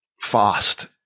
fast